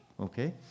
okay